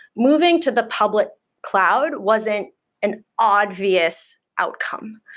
moving to the public cloud wasn't an obvious outcome,